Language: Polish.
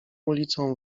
ulicą